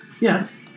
Yes